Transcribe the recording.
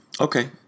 Okay